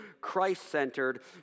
Christ-centered